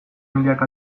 milaka